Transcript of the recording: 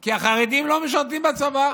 כי החרדים לא משרתים בצבא.